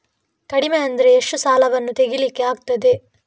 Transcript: ಕಡಿಮೆ ಅಂದರೆ ಎಷ್ಟು ಸಾಲವನ್ನು ತೆಗಿಲಿಕ್ಕೆ ಆಗ್ತದೆ?